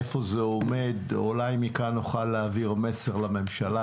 איפה זה עומד או אולי מכאן נוכל להעביר מסר לממשלה,